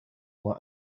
were